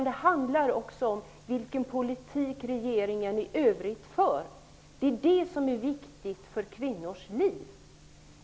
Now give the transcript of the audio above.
Det handlar också om vilken politik regeringen i övrigt för. Det är det som är viktigt för kvinnors liv.